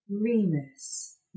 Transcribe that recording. Remus